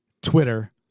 Twitter